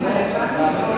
בפעם אחרת.